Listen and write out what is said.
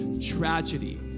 tragedy